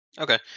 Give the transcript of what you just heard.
Okay